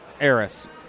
Eris